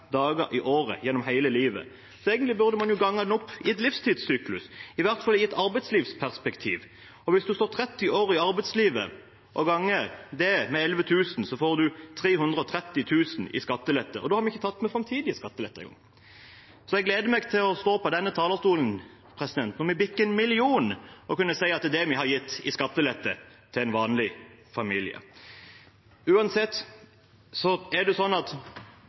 dager i året, gjennom hele livet. Så egentlig burde man gange den opp i en livstidssyklus, i hvert fall i et arbeidslivsperspektiv, og hvis man står 30 år i arbeidslivet og ganger det med 11 000, får man 330 000 i skattelette, og da har vi ikke engang tatt med framtidig skattelette. Så jeg gleder meg til å stå på denne talerstolen når vi bikker 1 million, og kunne si at det er det vi har gitt i skattelette til en vanlig familie. Uansett er det sånn at